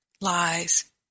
lies